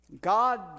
God